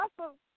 awesome